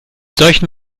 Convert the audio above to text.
solchen